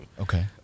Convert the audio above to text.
Okay